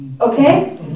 Okay